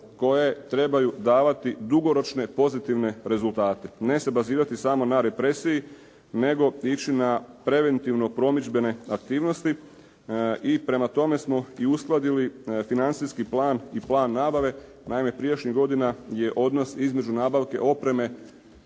koje trebaju davati dugoročne pozitivne rezultate, ne se bazirati samo na represiji nego ići na preventivno promidžbene aktivnosti i prema tome smo i uskladili financijski plan i plan nabave. Naime, prijašnjih godina je odnos između nabavke opreme